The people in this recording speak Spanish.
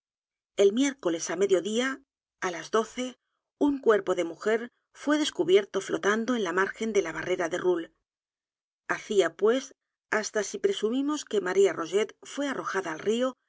el miércoles á medio día á las doce un cuerpo de mujer fué descubierto flotando en la margen de la b a r r e r a de roule hacía pues hasta si presumimos que maría rogét fué arrojada al río tres